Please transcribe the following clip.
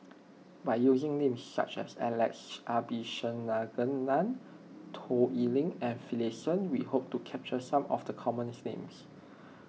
by using names such as Alex Abisheganaden Toh Liying and Finlayson we hope to capture some of the common names